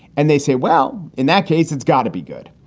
and they say, well, in that case, it's got to be good.